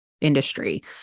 industry